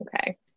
okay